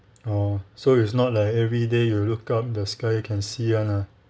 oh so it's not like everyday you look up the sky you can see [one] ah